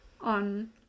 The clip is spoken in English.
on